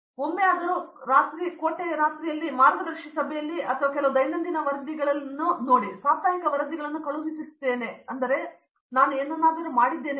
ಆದರೆ ಒಮ್ಮೆಯಾದರೂ ಕೋಟೆ ರಾತ್ರಿಯಲ್ಲಿ ಮಾರ್ಗದರ್ಶಿ ಸಭೆಯಲ್ಲಿ ಮತ್ತು ಕೆಲವು ದೈನಂದಿನ ವರದಿಗಳು ಅಥವಾ ಸಾಪ್ತಾಹಿಕ ವರದಿಗಳನ್ನು ಕಳುಹಿಸುತ್ತಿದ್ದೇನೆಂದರೆ ನಾನು ಏನು ಮಾಡದಿದ್ದರೂ ನಾನು ಏನು ಮಾಡಿದ್ದರೂ ಕೂಡ ನಾನು ಏನು ಮಾಡಿದ್ದೇನೆ ಎಂದು